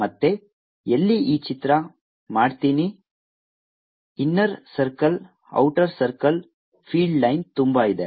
ಮತ್ತೆ ಎಲ್ಲಿ ಈ ಚಿತ್ರ ಮಾಡ್ತೀನಿ inner circle outer circle field line ತುಂಬಾ ಇದೆ